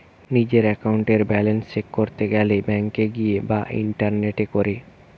নিজের একাউন্টের balance check করতে গেলে ব্যাংকে গিয়ে বা ইন্টারনেটে করে